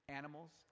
animals